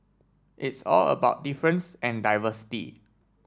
it's all about difference and diversity